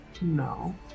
No